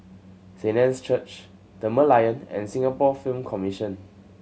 Saint Anne's Church The Merlion and Singapore Film Commission